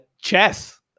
chess